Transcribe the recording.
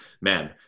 man –